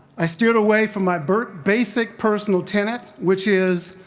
i steered away from my but basic personal tenet, which is,